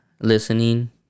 listening